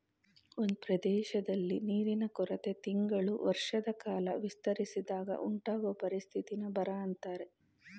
ಒಂದ್ ಪ್ರದೇಶ್ದಲ್ಲಿ ನೀರಿನ ಕೊರತೆ ತಿಂಗಳು ವರ್ಷದಕಾಲ ವಿಸ್ತರಿಸಿದಾಗ ಉಂಟಾಗೊ ಪರಿಸ್ಥಿತಿನ ಬರ ಅಂತಾರೆ